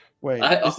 wait